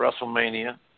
WrestleMania